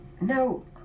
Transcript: No